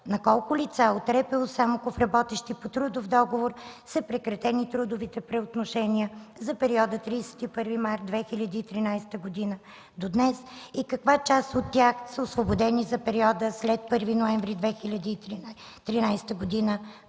На колко лица от РПУ – Самоков, работещи по трудов договор, са прекратени трудовите правоотношения за периода от 31 март 2013 г. до днес? Каква част от тях са освободени за периода след 1 ноември 2013 г.